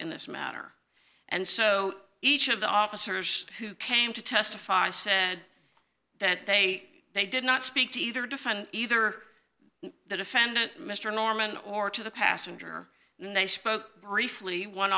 in this matter and so each of the officers who came to testify said that they they did not speak to either defend either the defendant mr norman or to the passenger and they spoke briefly one